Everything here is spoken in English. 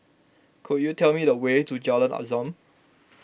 could you tell me the way to Jalan Azam